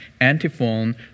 antiphon